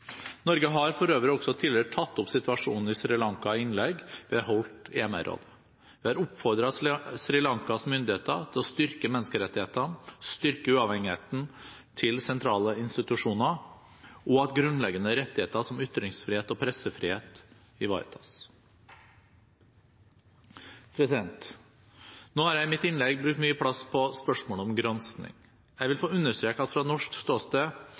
Norge har for øvrig også tidligere tatt opp situasjonen i Sri Lanka i innlegg vi har holdt i MR-rådet. Vi har oppfordret Sri Lankas myndigheter til å styrke menneskerettighetene, styrke uavhengigheten til sentrale institusjoner og ivareta grunnleggende rettigheter som ytringsfrihet og pressefrihet. Nå har jeg i mitt innlegg brukt mye plass på spørsmålet om gransking. Jeg vil få understreke at fra norsk ståsted